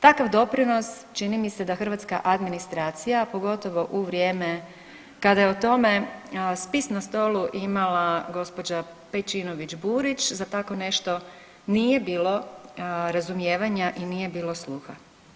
Takav doprinos čini mi se da hrvatska administracija, a pogotovo u vrijeme kada je o tome spis na stolu imala gđa. Pejčinović Burić za tako nešto nije bilo razumijevanja i nije bilo sluha.